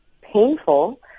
painful